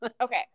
Okay